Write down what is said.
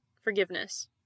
forgiveness